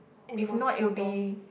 if not it will be